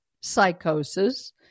psychosis